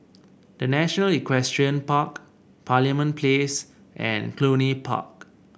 The National Equestrian Park Parliament Place and Cluny Park